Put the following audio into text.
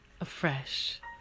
afresh